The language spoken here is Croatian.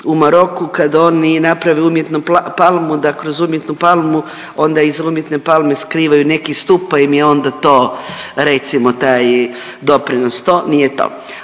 u Maroku kad oni naprave umjetnu palmu, da kroz umjetnu palmu onda iz umjetne palme skrivaju neki stup, pa im je onda to recimo taj doprinos. To nije to.